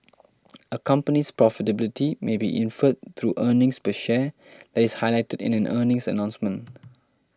a company's profitability may be inferred through earnings per share that is highlighted in an earnings announcement